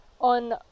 on